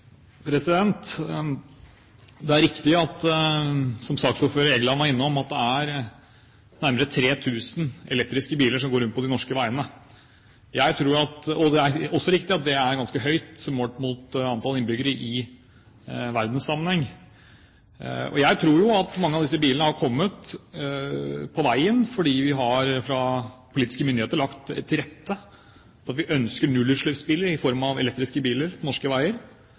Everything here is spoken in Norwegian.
det riktig at det er nærmere 3 000 elektriske biler som går rundt på de norske veiene. Det er også riktig at det er ganske høyt tall, målt mot antall innbyggere i verdenssammenheng. Jeg tror at mange av disse bilene har kommet på veien fordi politiske myndigheter har lagt til rette for nullutslippsbiler i form av elektriske biler på norske veier.